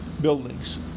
buildings